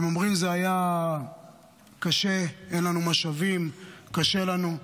הם אומרים: זה היה קשה, אין לנו משאבים, קשה לנו.